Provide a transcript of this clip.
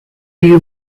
you